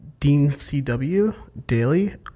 DeanCWDaily